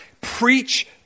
preach